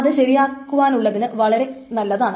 അത് ശരിയാക്കാനുള്ളതിന് വളരെ നല്ലതാണ്